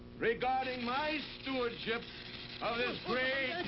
regarding my stewardship of this great